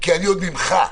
ממך,